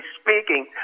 speaking